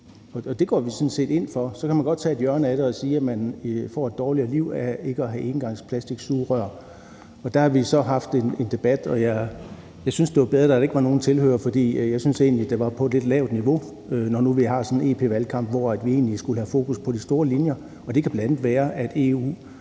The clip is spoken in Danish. set ind for. Så kan man godt tage et hjørne af det og sige, at man får et dårligere liv af ikke at have engangsplastiksugerør. Der har vi så haft en debat, og jeg synes, det var bedre, da der ikke var nogen tilhørere, for jeg synes egentlig, det var på et lidt lavt niveau, når nu vi har sådan en europaparlamentsvalgkamp, hvor vi egentlig skulle have fokus på de store linjer. Og det kan bl.a. er, at